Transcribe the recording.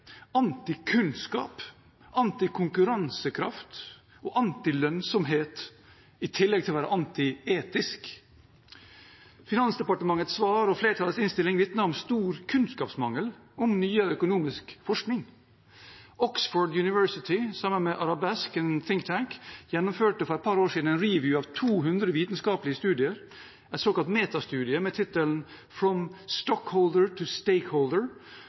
anti kunnskap, anti konkurransekraft og anti lønnsomhet, i tillegg til å være anti etisk. Finansdepartementets svar og flertallets innstilling vitner om stor kunnskapsmangel om nyere økonomisk forskning. Oxford University, sammen med Arabesque, en «think tank», gjennomførte for et par år siden en «review» av 200 vitenskapelige studier, en såkalt metastudie med tittelen From the Stockholder to the Stakeholder